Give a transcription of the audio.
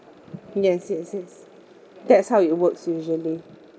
yes yes yes that's how it works usually